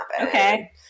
okay